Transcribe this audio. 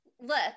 look